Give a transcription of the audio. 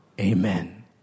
Amen